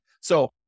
So-